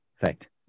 Fact